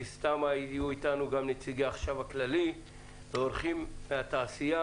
מן הסתם יהיו איתנו גם נציגי החשב הכללי ואורחים מהתעשייה